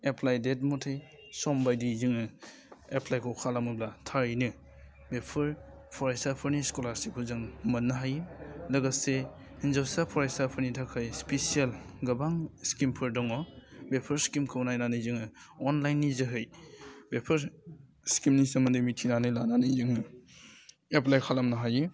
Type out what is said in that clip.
apply date मथे सम बायदियै जोङो एप्लाइखौ खालामोब्ला थारैनो बेफोर फरायसाफोरनि स्कलारशिपखौ जों मोननो हायो लोगोसे हिन्जावसा फरायसाफोरनि थाखाइ स्पिसियेल गोबां स्किमफोर दङ बेफोर स्किमखौ नायनानै जोङो अनलाइननि जोहै बेफोर स्किमनि सोमोन्दै मिथिनानै लानानै जोङो एप्लाइ खालामनो हायो